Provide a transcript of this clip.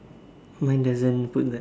mine doesn't put that